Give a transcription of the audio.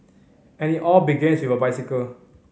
and it all begins with a bicycle